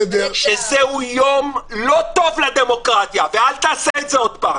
טוב לדמוקרטיה, ואל תעשה את זה שוב.